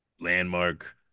landmark